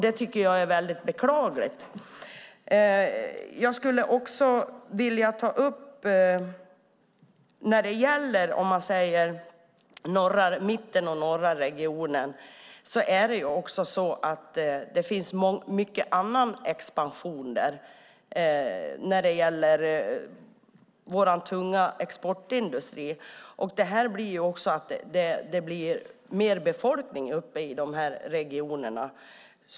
Det är beklagligt. I mitten av regionen och i norra regionen finns det mycket annan expansion när det gäller vår tunga exportindustri. Det gör att det blir mer befolkning uppe i dessa regioner.